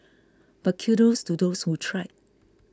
but kudos to those who tried